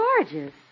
gorgeous